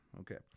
okay